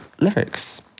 lyrics